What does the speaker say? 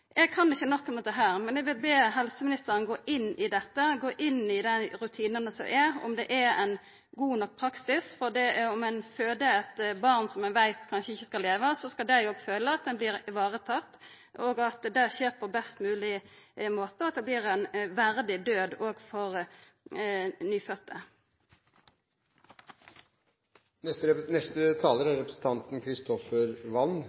Eg kan ikkje nok om dette, men eg vil be helseministeren gå inn i dette, gå inn i rutinane og sjå om det er ein god nok praksis. Om ein før eit barn som ein veit kanskje ikkje skal leva, skal ein òg føla at ein blir ivaretatt, at det skjer på best mogleg måte, og at det blir ein verdig død òg for